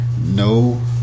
no